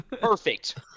Perfect